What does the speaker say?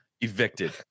evicted